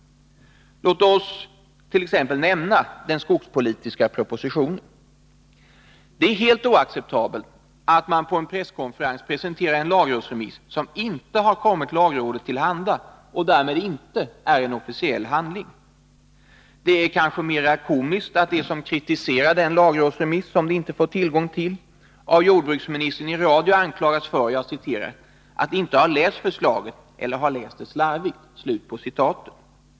Låt oss t.ex. nämna den skogspolitiska propositionen. Det är helt oacceptabelt att man på en presskonferens presenterar en lagrådsremiss som inte har kommit lagrådet till handa och därmed inte är en officiell handling. Det är kanske mera komiskt att de som kritiserar den lagrådsremiss som de inte fått tillgång till av jordbruksministern i radio anklagas för att inte ha läst förslaget eller ha läst det slarvigt.